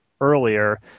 earlier